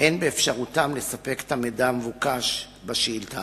אין באפשרותה לספק את המידע המבוקש בשאילתא